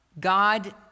God